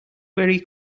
very